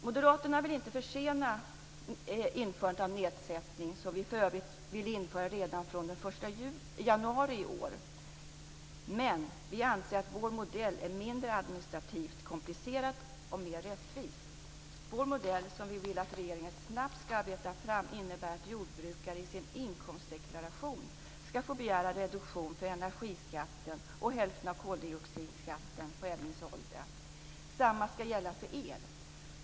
Moderaterna vill inte försena införandet av nedsättning, som vi för övrigt ville införa redan från den 1 januari i år. Men vi anser att vår modell är mindre administrativt komplicerad och mer rättvis. Vår modell, som vi vill att regeringen snabbt ska arbeta fram, innebär att jordbrukare i sin inkomstdeklaration ska få begära reduktion för energiskatten och för hälften av koldioxidskatten på eldningsolja. Samma ska gälla för el.